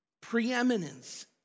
preeminence